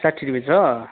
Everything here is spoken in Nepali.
साठी रुपियाँ छ